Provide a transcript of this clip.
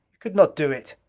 you could not do it!